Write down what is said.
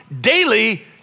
daily